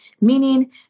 Meaning